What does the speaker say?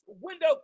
window